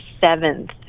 seventh